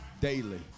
daily